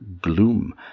gloom